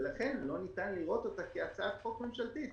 ולכן לא ניתן לראות אותה כהצעת חוק ממשלתית.